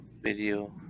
video